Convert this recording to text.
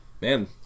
man